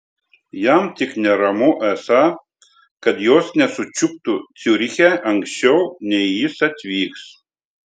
jam tik neramu esą kad jos nesučiuptų ciuriche anksčiau nei jis atvyks